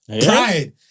pride